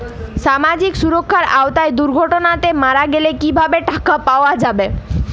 সামাজিক সুরক্ষার আওতায় দুর্ঘটনাতে মারা গেলে কিভাবে টাকা পাওয়া যাবে?